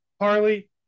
Harley